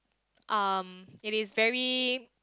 um it is very